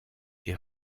est